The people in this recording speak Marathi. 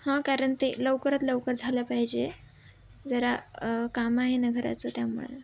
हा कारण ते लवकरात लवकर झालं पाहिजे जरा काम आहेना घराचं त्यामुळें